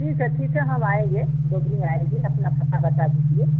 ठीक है ठीक है हम आएँगे दो दिन में आएँगे अपना पता बता दीजिए